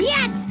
Yes